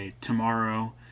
tomorrow